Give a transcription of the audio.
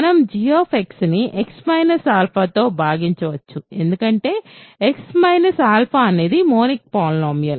మనం g ని X తో భాగించవచ్చు ఎందుకంటే X అనేది మోనిక్ పాలినోమిల్